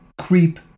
creep